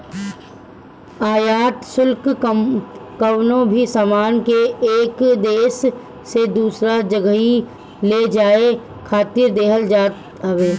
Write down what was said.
आयात शुल्क कवनो भी सामान के एक देस से दूसरा जगही ले जाए खातिर देहल जात हवे